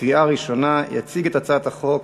עברה בקריאה שנייה ושלישית ותיכנס לספר החוקים.